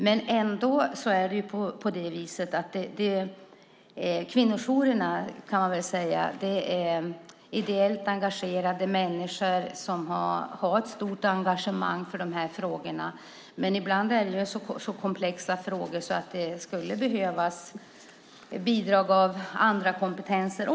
Men kvinnojourerna består av ideellt arbetande människor som har ett stort engagemang för dessa frågor. Men ibland är det så komplexa frågor att det skulle behövas även andra kompetenser.